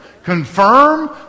Confirm